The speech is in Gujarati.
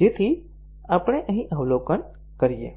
જેથી આપણે અહીં અવલોકન કરીએ